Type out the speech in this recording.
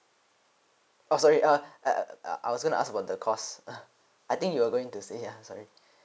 uh sorry err uh uh I was going to ask about the cost uh I think you are going to say ya sorry